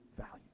value